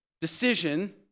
decision